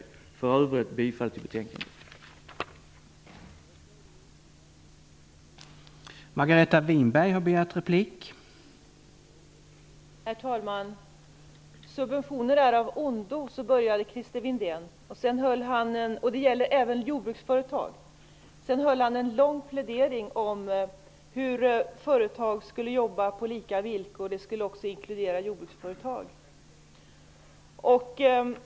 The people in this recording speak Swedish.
I övrigt yrkar jag bifall till utskottets hemställan i betänkandet.